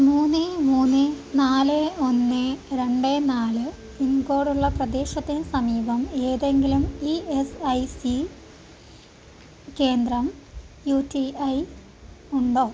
മൂന്ന് മൂന്ന് നാല് ഒന്ന് രണ്ട് നാല് പിൻകോഡുള്ള പ്രദേശത്തിന് സമീപം ഏതെങ്കിലും ഇ എസ് ഐ സി കേന്ദ്രം യു ടി ഐ ഉണ്ടോ